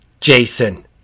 Jason